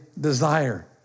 desire